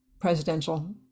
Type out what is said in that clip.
presidential